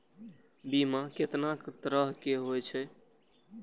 बीमा केतना तरह के हाई छै?